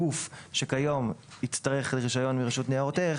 גוף שכיום צריך רישיון מרשות ניירות ערך,